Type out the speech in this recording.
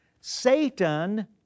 Satan